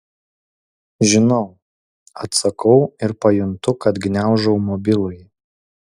žinau atsakau ir pajuntu kad gniaužau mobilųjį